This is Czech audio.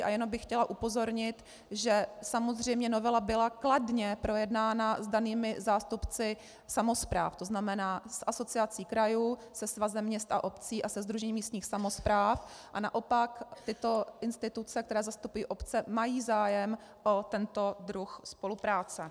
A jen bych chtěla upozornit, že samozřejmě novela byla kladně projednána s danými zástupci samospráv, tzn. s Asociací krajů, se Svazem měst a obcí a se Sdružením místních samospráv, a naopak tyto instituce, které zastupují obce, mají zájem o tento druh spolupráce.